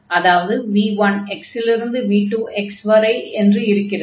அதாவது v1x இலிருந்து v2x வரை என்று இருக்கிறது